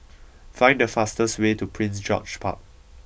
find the fastest way to Prince George's Park